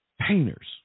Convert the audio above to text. painters